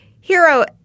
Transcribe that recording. Hero